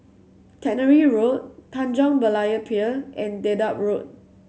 Tannery Road Tanjong Berlayer Pier and Dedap Road